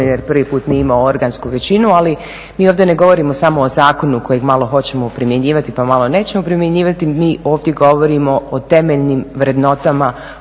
jer prvi put nije imao organsku većinu. Ali mi ovdje ne govorimo samo o zakonu kojeg malo hoćemo primjenjivati, pa malo nećemo primjenjivati mi ovdje govorimo o temeljnim vrednotama